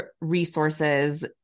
resources